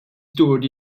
stored